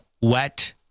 Wet